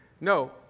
No